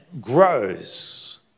grows